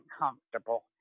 uncomfortable